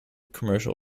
commercial